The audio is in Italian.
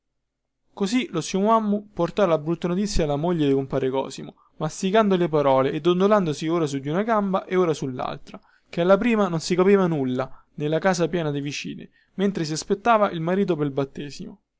così lo zio mommu portò la brutta notizia alla moglie di compare cosimo masticando le parole e dondolandosi ora su di una gamba e ora sullaltra che alla prima non si capiva nulla nella casa piena di vicine mentre si aspettava il marito pel battesimo